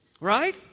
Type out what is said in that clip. Right